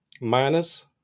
minus